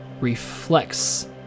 reflects